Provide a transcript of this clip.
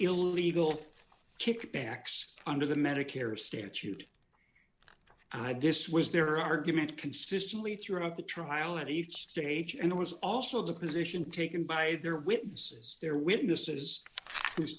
illegal kickbacks under the medicare statute i guess was their argument consistently throughout the trial at each stage and it was also the position taken by their witnesses their witnesses